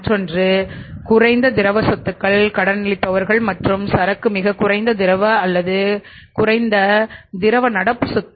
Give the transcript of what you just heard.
மற்றொன்று குறைந்த திரவ சொத்துக்கள் கடனளிப்பவர்கள் மற்றும் சரக்கு மிகக் குறைந்த திரவ அல்லது குறைந்த திரவ நடப்பு சொத்து